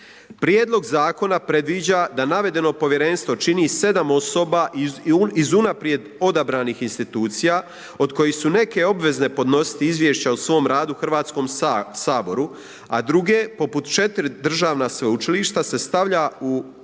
Prijedlog zakona predviđa da navedeno Povjerenstvo čini 7 osoba iz unaprijed odabranih institucija od kojih su neke obvezne podnositi izvješća o svom radu Hrvatskom saboru, a druge poput 4 državna sveučilišta se stavlja u